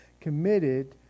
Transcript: committed